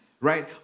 right